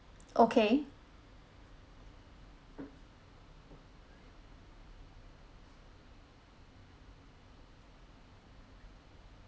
okay